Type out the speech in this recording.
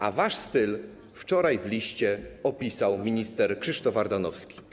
A wasz styl wczoraj w liście opisał minister Krzysztof Ardanowski.